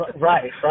Right